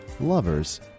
lovers